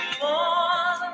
more